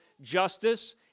justice